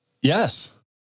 Yes